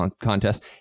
contest